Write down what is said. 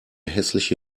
hässliche